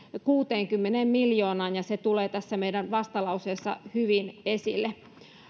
kuuteenkymmeneen miljoonaan ja se tulee tässä meidän vastalauseessa hyvin esille